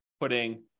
putting